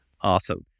Awesome